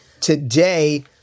Today